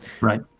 Right